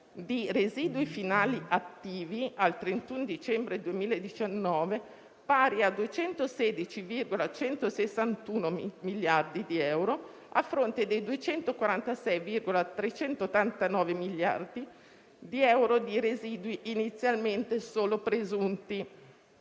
di residui finali attivi al 31 dicembre 2019 pari a 216,161 miliardi di euro, a fronte dei 246,389 miliardi di euro di residui inizialmente solo presunti.